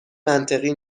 منطقی